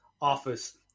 office